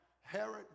Herod